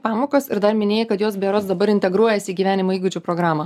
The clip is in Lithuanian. pamokos ir dar minėjai kad jos berods dabar integruojasi į gyvenimo įgūdžių programą